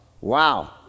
Wow